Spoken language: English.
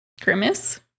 Grimace